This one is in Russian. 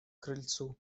крыльцу